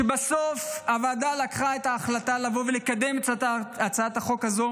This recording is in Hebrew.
ובסוף הוועדה לקחה את ההחלטה לבוא ולקדם את הצעת החוק הזו